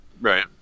Right